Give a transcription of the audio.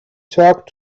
talk